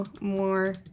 more